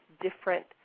different